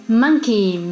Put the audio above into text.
monkey